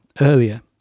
earlier